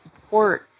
support